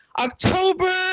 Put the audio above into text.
October